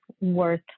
worth